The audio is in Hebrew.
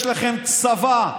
יש לכם צבא,